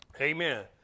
Amen